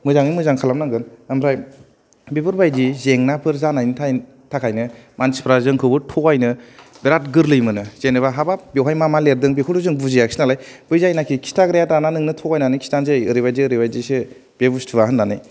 मोजाङै मोजां खालामनांगोन आमफ्राय बेफोर बादि जेंनाफोर जानायनि थाखायनो मानसिफोरा जोंखौबो थगायनो बेराद गोरलै मोनो जेनावबा हाबाब बेवहाय मा मा लिरदों बेखौथ' जों बुजियाखिसै नालाय बै जायनाखि खिथाग्राया दाना नोंनो थगायनानै खिथानोसै ओरैबायदि ओरैबायदिसो बे बेसथुया होननानै